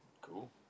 Cool